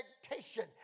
expectation